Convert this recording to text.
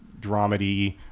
dramedy